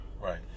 Right